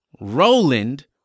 Roland